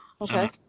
Okay